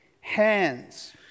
hands